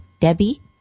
debbie